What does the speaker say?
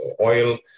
oil